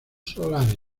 solares